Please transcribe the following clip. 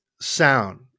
sound